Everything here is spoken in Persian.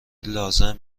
لازم